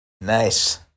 nice